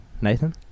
Nathan